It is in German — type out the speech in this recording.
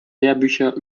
lehrbücher